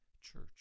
church